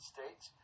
States